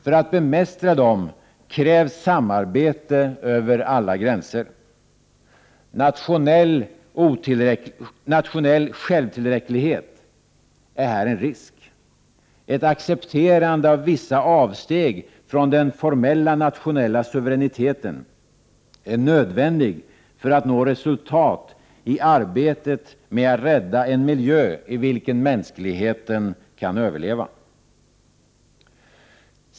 För att bemästra dem krävs samarbete över alla gränser. Nationell självtillräcklighet är här en risk. Ett accepterande av vissa avsteg från den formella nationella suveräniteten är nödvändig för att nå resultat i arbetet med att rädda en miljö i vilken mänskligheten kan överleva.